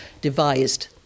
devised